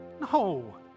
No